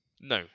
No